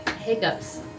Hiccups